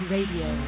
Radio